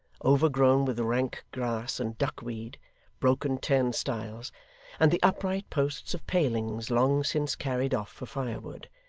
overgrown with rank grass and duckweed broken turnstiles and the upright posts of palings long since carried off for firewood,